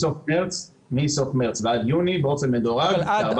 מסוף מרץ ועד יוני, באופן מדורג, כ-405,000.